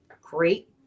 great